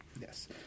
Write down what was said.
Yes